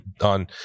on